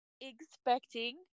expecting